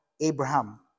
Abraham